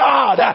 God